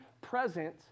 present